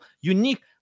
unique